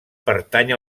pertany